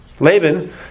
Laban